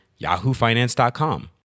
yahoofinance.com